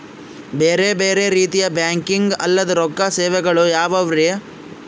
ಬೇರೆ ಬೇರೆ ರೀತಿಯ ಬ್ಯಾಂಕಿಂಗ್ ಅಲ್ಲದ ರೊಕ್ಕ ಸೇವೆಗಳು ಯಾವ್ಯಾವ್ರಿ?